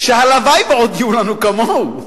שהלוואי שעוד יהיו לנו כמוהו,